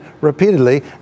repeatedly